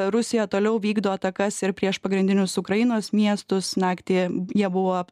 rusija toliau vykdo atakas ir prieš pagrindinius ukrainos miestus naktį jie buvo